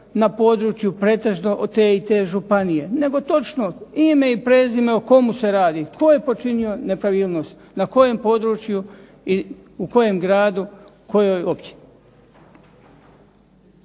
na području pretežno te i te županije nego točno ime i prezime o komu se radi, tko je počinio nepravilnost, na kojem području i u kojem gradu, kojoj općini.